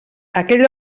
aquell